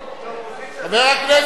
תראה מה קורה בממשלה,